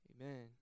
Amen